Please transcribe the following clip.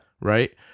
Right